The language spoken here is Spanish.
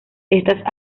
estas